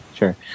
Sure